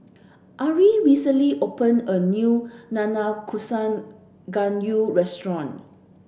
Ari recently opened a new Nanakusa Gayu restaurant